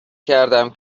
کردم